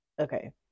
Okay